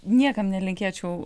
niekam nelinkėčiau